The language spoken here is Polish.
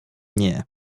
nie